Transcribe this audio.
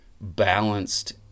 balanced